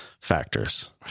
factors